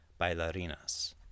bailarinas